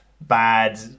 bad